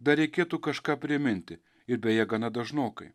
dar reikėtų kažką priminti ir beje gana dažnokai